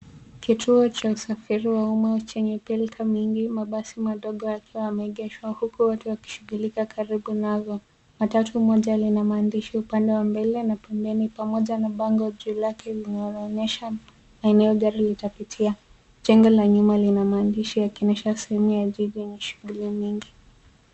Kituo cha usafiri wa umma chenye pilka mingi. Mabasi madogo yakiwa yameegeshwa huku watu wakishughulika karibu nalo. Matatu moja lina maandishi upande wa mbele na pembeni pamoja na bango juu lake linaloonyesha maeneo gari litapitia. Jengo la nyuma lina maandishi yakionisha sehemu ya jiji yenye shughuli nyingi.